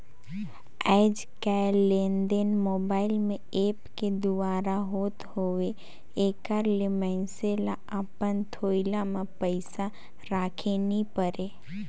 आएज काएललेनदेन मोबाईल में ऐप के दुवारा होत हवे एकर ले मइनसे ल अपन थोइला में पइसा राखे ले नी परे